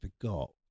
forgot